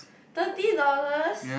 thirty dollars